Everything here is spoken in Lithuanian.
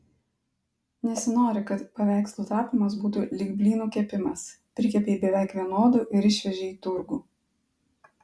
nesinori kad paveikslų tapymas būtų lyg blynų kepimas prikepei beveik vienodų ir išvežei į turgų